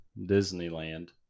Disneyland